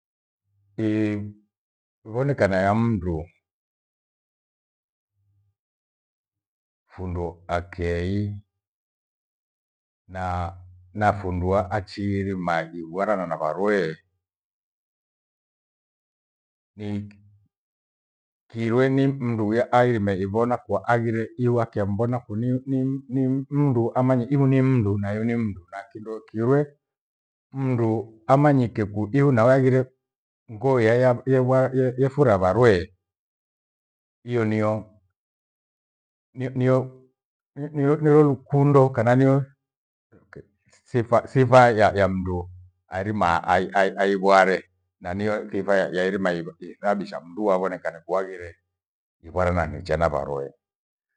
I- ivonekana ya mndu. Fundu akyei na- na fundu a- achiiri maghibwana na varuwee. Ni kirwe ni mndu ya airime ivona kwa aghire iwake mbona kuni ni- ni- ni- nimndu amanye iho ni mndu na hiyo ni mndu na kindo kirwe mndu amanye keku hio nawaighire ngoi yagha ye- gwa- ye- yefura varuwee. Hiyo nio, ni- nio nio- nio- niolukundo kana nio sifa- sifa ya mndu arima ai- ai- aigware nanio thifa yairima aivavie na bisha mndu wavo nekana kuhaghire ivona na necha navarwe